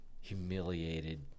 humiliated